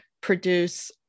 produce